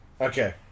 Okay